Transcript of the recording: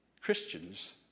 Christians